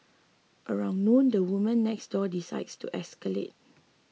around noon the woman next door decides to escalate